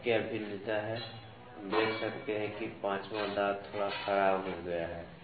अब क्या भिन्नता है हम देख सकते हैं कि 5वां दांत थोड़ा खराब हो गया है